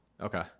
Okay